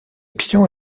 client